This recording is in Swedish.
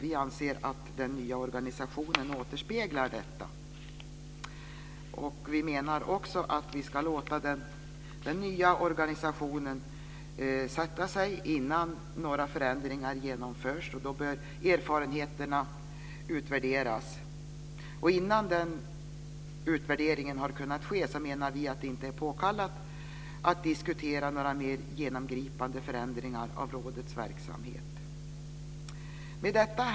Vi anser att den nya organisationen återspeglar detta. Vi anser också att man ska låta den nya organisationen sätta sig innan några förändringar genomförs, och då bör erfarenheterna utvärderas. Innan den utvärderingen har kunnat ske är det inte påkallat att diskutera några mer genomgripande förändringar av rådets verksamhet. Herr talman!